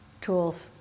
tools